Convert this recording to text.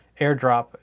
AirDrop